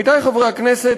עמיתי חברי הכנסת,